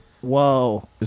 whoa